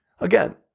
again